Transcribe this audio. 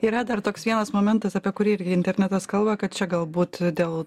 yra dar toks vienas momentas apie kurį irgi internetas kalba kad čia galbūt dėl